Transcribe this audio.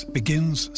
begins